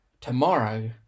tomorrow